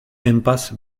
impasse